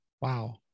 wow